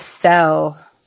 sell